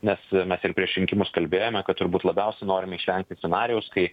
nes mes ir prieš rinkimus kalbėjome kad turbūt labiausia norime išvengti scenarijaus kai